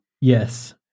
Yes